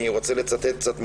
אני רוצה לצטט קצת מהדוח.